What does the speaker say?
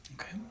Okay